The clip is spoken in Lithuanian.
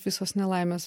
visos nelaimės